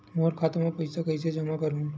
मोर खाता म पईसा कइसे जमा करहु?